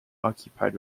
occupied